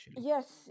Yes